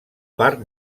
part